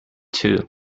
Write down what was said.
too